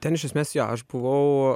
ten iš esmės jo aš buvau